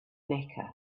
mecca